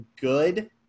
good